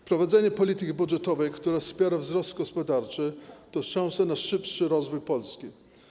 Wprowadzenie polityki budżetowej, która wspiera wzrost gospodarczy, to szanse na szybszy rozwój Polski.